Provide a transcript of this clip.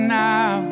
now